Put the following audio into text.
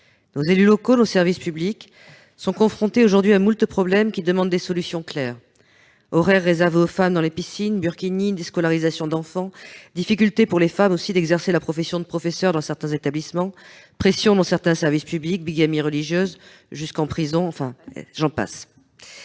Nos élus locaux, nos services publics sont aujourd'hui confrontés à moult problèmes qui demandent des solutions claires : horaires réservés aux femmes dans les piscines, burkinis, déscolarisation d'enfants, difficultés pour les femmes d'exercer la profession de professeur dans certains établissements, pressions dans certains services publics, bigamie religieuse jusqu'en prison, et j'en passe